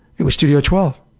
it was studio twelve.